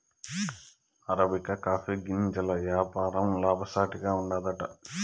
arabica coffee గింజల యాపారం లాభసాటిగా ఉండాదట